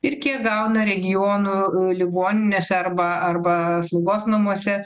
ir kiek gauna regionų ligoninėse arba arba slaugos namuose